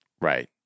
Right